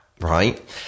right